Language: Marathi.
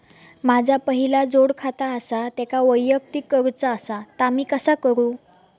माझा पहिला जोडखाता आसा त्याका वैयक्तिक करूचा असा ता मी कसा करू?